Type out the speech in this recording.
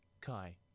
Kai